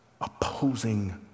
opposing